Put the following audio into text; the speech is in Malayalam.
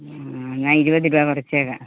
ആ എന്നാൽ ഇരുപത് രൂപ കുറച്ച് തരാം